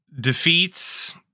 defeats